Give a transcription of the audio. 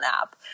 app